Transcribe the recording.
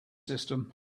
system